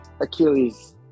Achilles